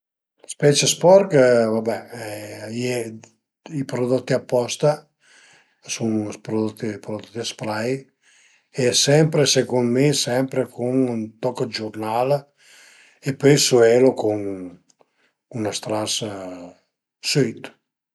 Ën spec sporch va be, a ie i prodotti apposta, a sun prodotti prodotti a spray e sempre secund mi sempre cun ën toch de giurnal e pöi süelu cun ün stras süit